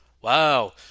wow